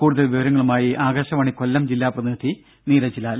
കൂടുതൽ വിവരങ്ങളുമായി ആകാശവാണി കൊല്ലം ജില്ലാ പ്രതിനിധി നീരജ് ലാൽ